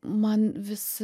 man vis